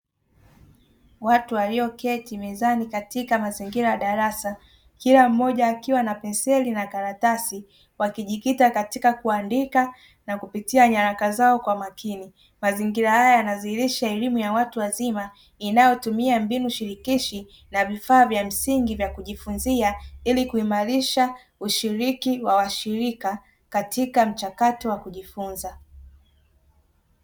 Watu walioketi mezani katika mazingira ya darasa kila mmoja akiwa na penseli na karatasi, wakijikita katika kuandika na kupitia nyaraka zao kwa makini. Mazingira hayo yanadhihirisha elimu ya watu wazima inayotumia mbinu shirikishi na vifaa vya msingi vya kujifunzia ili kuimarisha ushiriki wa washirika katika mchakato wa kujifunza.